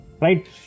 right